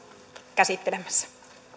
käsittelemässä